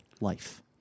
life